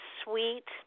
sweet